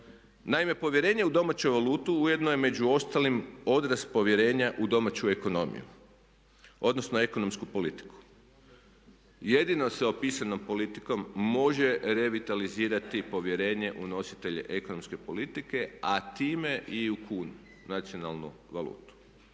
Naime povjerenje u domaću valutu ujedno je među ostalim odrast povjerenja u domaću ekonomiju, odnosno ekonomsku politiku. Jedino se opisanom politikom može revitalizirati povjerenje u nositelje ekonomske politike a time i u kunu, nacionalnu valutu.